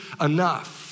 enough